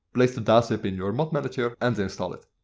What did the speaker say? place the dazip in your mod manager and install it.